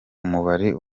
umubiri